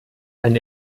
ein